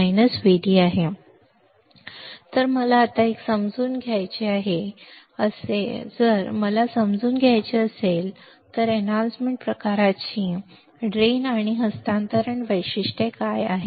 आता जर मला समजून घ्यायचे असेल तर वर्धन प्रकाराची नाली आणि हस्तांतरण वैशिष्ट्ये काय आहेत